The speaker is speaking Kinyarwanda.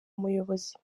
muyobozi